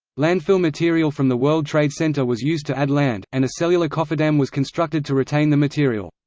landfill material from the world trade center was used to add land, and a cellular cofferdam was constructed to retain the material.